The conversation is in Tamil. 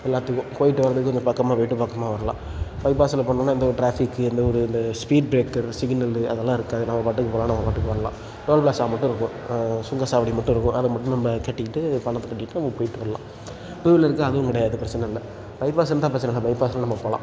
எல்லாத்துக்கும் போயிட்டு வரதுக்குக் கொஞ்சம் பக்கமாக போயிட்டு பக்கமாக வரலாம் பைபாஸில் போனோம்னால் எந்த ஒரு ட்ராஃபிக்கு எந்த ஒரு இந்த ஸ்பீட் ப்ரேக்கர் சிக்னலு அதெல்லாம் இருக்காது நம்ம பாட்டுக்கு போகலாம் நம்ம பாட்டுக்கு வரலாம் டோல் ப்ளாசா மட்டும் இருக்கும் சுங்கச்சாவடி மட்டும் இருக்கும் அதை மட்டும் நம்ம கட்டிக்கிட்டு பணத்தை கட்டிட்டு நம்ம போயிட்டு வரலாம் டூ வீலருக்கு அதுவும் கிடையாது பிரச்சனைல்ல பைபாஸ் இருந்தால் பிரச்சனை இல்லை பைபாஸில் நம்ம போகலாம்